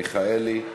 מיכאלי,